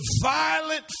violent